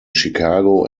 chicago